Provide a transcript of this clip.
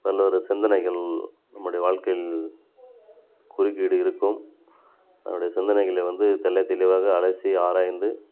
நல்ல ஒரு சிந்தனைகள் நம்முடைய வாழ்க்கையில் குறுக்கீடு இருக்கும் அதனுடைய சிந்தனைகளை வந்து தெள்ளத் தெளிவாக அலசி ஆராய்ந்து